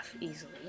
easily